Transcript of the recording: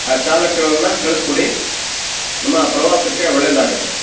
ಆ ಚಾಲಕನನ್ನು ಕಳಿಸ್ಕೊಡಿ ನಮ್ಮ ಪ್ರವಾಸಕ್ಕೆ ಒಳ್ಳೆಯದಾಗತ್ತೆ